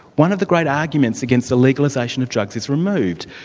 one of the great arguments against the legalisation of drugs is removed.